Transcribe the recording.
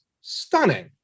stunning